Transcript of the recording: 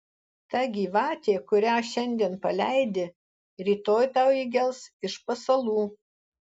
ta gyvatė kurią šiandien paleidi rytoj tau įgels iš pasalų